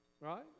right